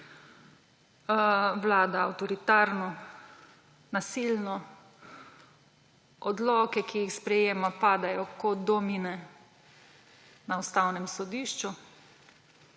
vlada avtoritarno, nasilno, odloki, ki jih sprejema, padajo kot domine na Ustavnem sodišču.